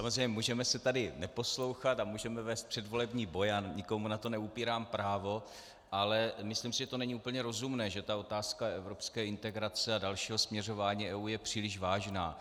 Samozřejmě, můžeme se tady neposlouchat a můžeme vést předvolební boj, nikomu na to neupírám právo, ale myslím si, že to není úplně rozumné, že ta otázka evropské integrace a dalšího směřování EU je příliš vážná.